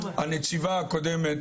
הנציבה הקודמת,